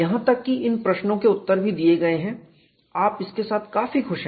यहां तक की इन प्रश्नों के उत्तर भी दिए गए हैं आप इसके साथ काफी खुश हैं